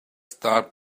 start